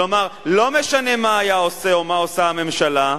כלומר, לא משנה מה היה עושה, או מה עושה הממשלה,